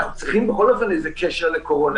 אנחנו צריכים בכל אופן איזה קשר לקורונה.